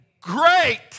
great